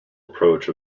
approach